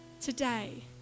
Today